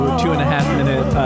two-and-a-half-minute